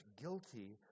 guilty